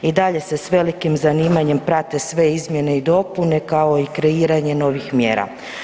I dalje se s velikim zanimanjem prate sve izmjene i dopune kao i kreiranje novih mjera.